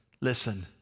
listen